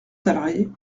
salariés